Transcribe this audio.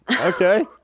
Okay